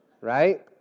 Right